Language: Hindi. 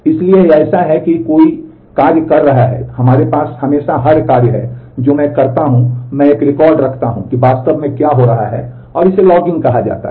इसलिए यह ऐसा है जैसे कि कोई कार्य कर रहा है हमारे पास हमेशा हर कार्य है जो मैं करता हूं मैं एक रिकॉर्ड रखता हूं कि वास्तव में क्या हो रहा है और इसे लॉगिंग कहा जाता है